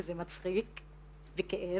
וזה מצחיק וכואב.